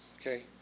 okay